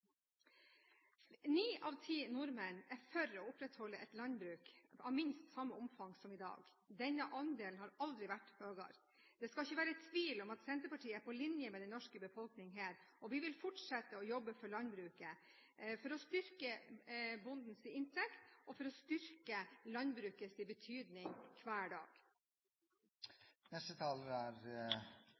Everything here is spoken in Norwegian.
Ni av ti nordmenn er for å opprettholde et landbruk av minst samme omfang som i dag. Denne andelen har aldri vært høyere. Det skal ikke være tvil om at Senterpartiet er på linje med den norske befolkning her, og vi vil fortsette å jobbe for landbruket, for å styrke bondens inntekt og for å styrke landbrukets betydning – hver dag. Landbruket